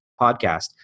podcast